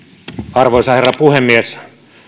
arvoisa herra puhemies